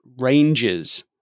ranges